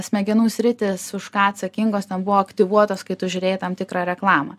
smegenų sritys už ką atsakingos ten buvo aktyvuotos kai tu žiūrėjai tam tikrą reklamą